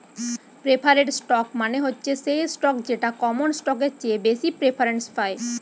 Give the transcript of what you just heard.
preferred stock মানে হচ্ছে সেই স্টক যেটা কমন স্টকের চেয়ে বেশি প্রেফারেন্স পায়